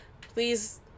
Please